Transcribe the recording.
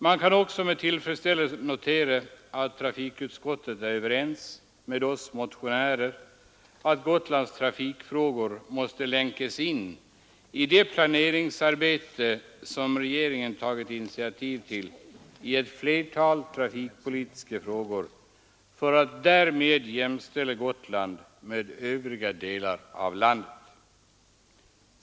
Man kan också med tillfredsställelse notera att trafikutskottet är överens med oss motionärer om att Gotlands trafikfrågor måste länkas in i det planeringsarbete som regeringen tagit initiativ till i ett flertal trafikpolitiska frågor för att därmed jämställa Gotland med övriga delar av landet.